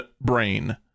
brain